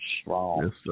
strong